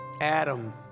Adam